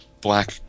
black